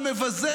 "מבזה,